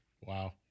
Wow